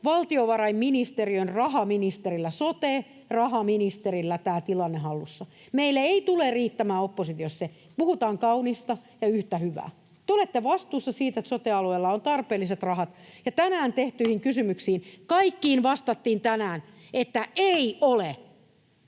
valtiovarainministeriön rahaministerillä, sote-rahaministerillä tämä tilanne hallussa. [Juha Hänninen: On varmasti!] Meille ei tule riittämään oppositiossa se, että puhutaan kaunista ja yhtä hyvää. Te olette vastuussa siitä, että sote-alueella on tarpeelliset rahat. Tänään tehtyihin kysymyksiin vastattiin kaikkiin, että ei ole.